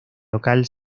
local